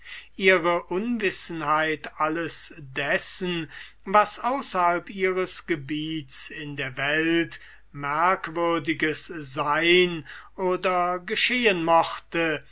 ihre unwissenheit alles dessen was außerhalb ihrem gebiet in der welt merkwürdiges sein oder geschehen möchte